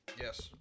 Yes